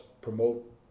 promote